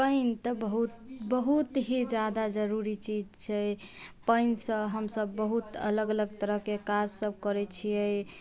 पानि तऽ बहुत ही जादा जरूरी चीज छै पानिसँ हमसब बहुत अलग अलग तरहके काज सब करैत छियै